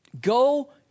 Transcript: Go